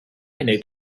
need